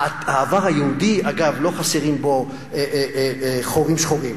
אגב, העבר היהודי, לא חסרים בו חורים שחורים.